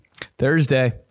Thursday